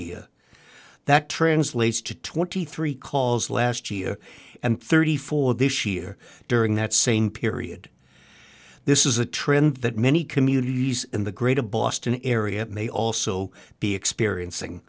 year that translates to twenty three calls last year and thirty four this year during that same period this is a trend that many communities in the greater boston area may also be experiencing